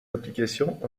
applications